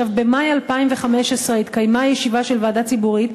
במאי 2015 התקיימה ישיבה של ועדה ציבורית,